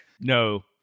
No